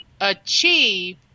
achieve